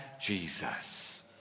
Jesus